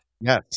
Yes